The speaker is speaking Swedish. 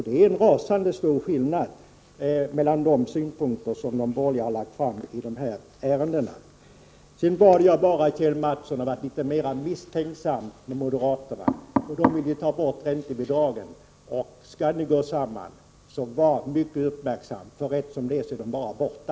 Det är en rasande stor skillnad mellan detta och de synpunkter som de borgerliga lagt fram när det gäller dessa ärenden. Jag bad bara Kjell Mattsson att vara litet mer misstänksam mot moderaterna, eftersom de vill ta bort räntebidragen. Skall ni gå samman, så var mycket uppmärksamma -— rätt som det är är räntebidragen bara borta.